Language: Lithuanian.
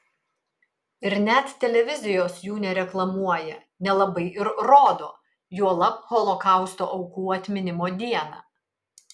ir net televizijos jų nereklamuoja nelabai ir rodo juolab holokausto aukų atminimo dieną